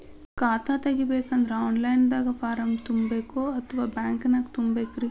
ಖಾತಾ ತೆಗಿಬೇಕಂದ್ರ online ದಾಗ ಫಾರಂ ತುಂಬೇಕೊ ಅಥವಾ ಬ್ಯಾಂಕನ್ಯಾಗ ತುಂಬ ಬೇಕ್ರಿ?